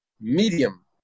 Medium